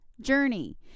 journey